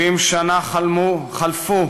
70 שנה חלפו.